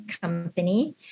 company